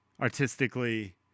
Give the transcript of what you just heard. artistically